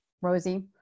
Rosie